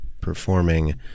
performing